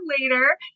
later